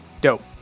Dope